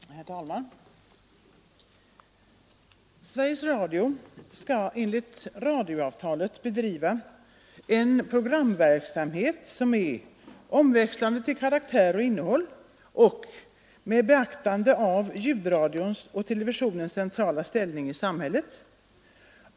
Herr talman! Sveriges Radio skall enligt radioavtalet bedriva en programverksamhet som är ”omväxlande till karaktär och innehåll” och med ”beaktande av ljudradions och televisionens centrala ställning i samhället”.